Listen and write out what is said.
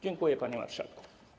Dziękuję, panie marszałku.